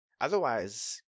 Otherwise